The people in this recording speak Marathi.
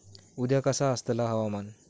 उद्या कसा आसतला हवामान?